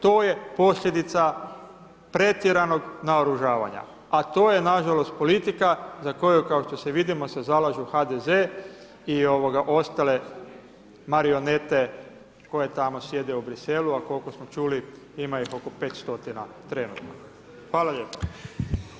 To je posljedica pretjeranog naoružavanja, a to je nažalost politika za koju kao što se vidimo se zalažu HDZ i ostale marionete koje sjede u Bruxellesu, a koliko smo čuli ima ih oko 500 trenutno.